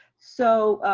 so,